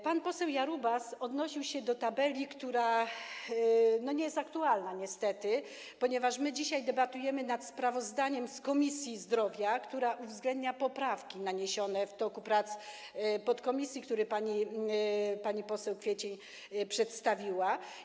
Pan poseł Jarubas odnosił się do tabeli, która niestety nie jest aktualna, ponieważ dzisiaj debatujemy nad sprawozdaniem Komisji Zdrowia, która uwzględnia poprawki naniesione w toku prac podkomisji, które pani poseł Kwiecień przedstawiła.